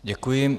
Děkuji.